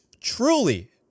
truly